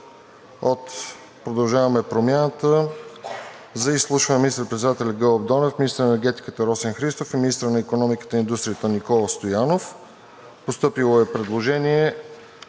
„Продължаваме Промяната“ за изслушване на министър-председателя Гълъб Донев, министъра на енергетиката Росен Христов и министъра на икономиката и индустрията Никола Стоянов. Постъпило е предложение